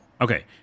okay